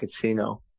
casino